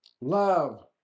love